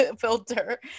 filter